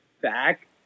back